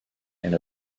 and